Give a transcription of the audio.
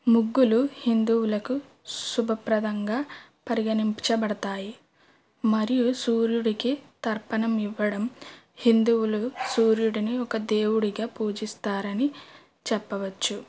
ముగ్గులు హిందువులకు శుభప్రదంగా పరిగణించబడుతాయి మరియు సూర్యుడికి తర్పణం ఇవ్వడం హిందువులు సూర్యుడిని ఒక దేవుడిగా పూజిస్తారు అని చెప్పవచ్చు